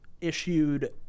issued